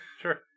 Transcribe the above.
Sure